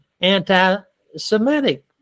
anti-semitic